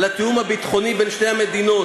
על התיאום הביטחוני בין שתי המדינות.